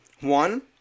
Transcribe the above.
One